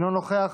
אינו נוכח,